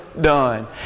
done